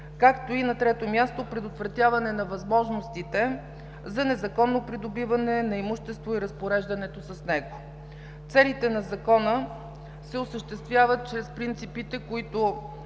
и на трето място, предотвратяване на възможностите за незаконно придобиване на имущество и разпореждането с него. Целите на Закона се осъществяват чрез принципите, които